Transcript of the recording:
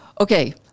Okay